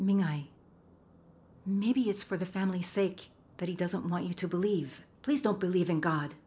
i maybe it's for the family's sake that he doesn't want you to believe please don't believe in god